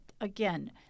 Again